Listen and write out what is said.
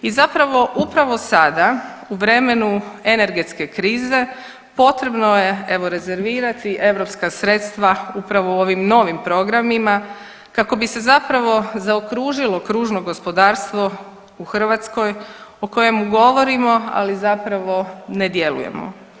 I zapravo upravo sada u vremenu energetske krize potrebno je evo rezervirati europska sredstva upravo u ovim novim programima kako bi se zapravo zaokružilo kružno gospodarstvo u Hrvatskoj o kojemu govorimo, ali zapravo ne djelujemo.